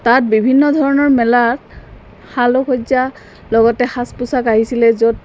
তাত বিভিন্ন ধৰণৰ মেলাত সাজসজ্জা লগতে সাজ পোছাক আহিছিলে য'ত